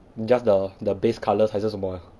just the the base colours 还是什么